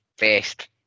best